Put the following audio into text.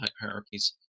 hierarchies